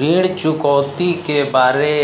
ऋण चुकौती के बारे